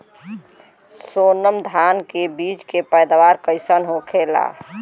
सोनम धान के बिज के पैदावार कइसन होखेला?